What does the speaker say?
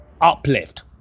uplift